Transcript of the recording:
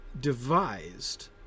devised